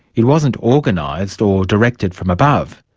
it wasn't organised or directed from above.